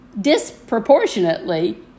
disproportionately